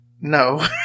no